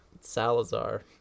Salazar